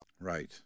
Right